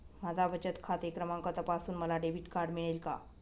माझा बचत खाते क्रमांक तपासून मला डेबिट कार्ड मिळेल का?